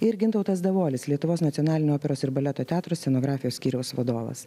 ir gintautas davolis lietuvos nacionalinio operos ir baleto teatro scenografijos skyriaus vadovas